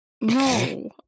No